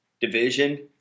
division